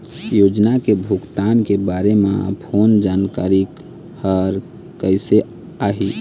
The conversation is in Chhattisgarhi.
योजना के भुगतान के बारे मे फोन जानकारी हर कइसे आही?